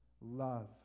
Love